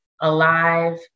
Alive